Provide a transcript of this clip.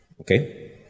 okay